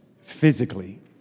Physically